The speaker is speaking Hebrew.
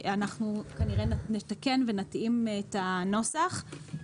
אנחנו כנראה נתקן ונתאים את הנוסח.